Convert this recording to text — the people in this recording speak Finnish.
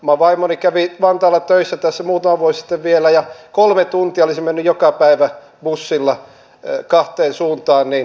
oma vaimoni kävi vantaalla töissä tässä muutama vuosi sitten vielä ja kolme tuntia olisi mennyt joka päivä bussilla kahteen suuntaan töihin